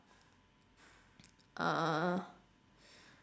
uh